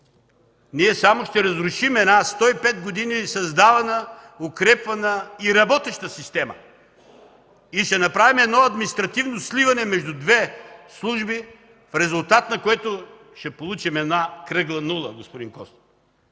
Ние само ще разрушим една 105 години създавана, укрепвана и работеща система, ще направим административно сливане между две служби, в резултат на което ще получим една кръгла нула, господин Костов.